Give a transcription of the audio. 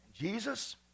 Jesus